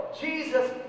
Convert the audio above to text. Jesus